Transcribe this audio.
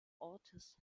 ortes